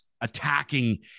attacking